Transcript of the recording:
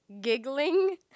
Giggling